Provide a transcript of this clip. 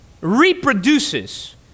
reproduces